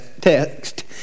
text